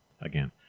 again